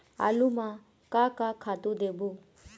आलू म का का खातू देबो?